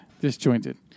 Disjointed